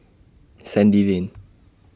Sandy Lane